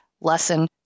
lesson